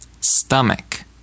stomach